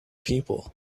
people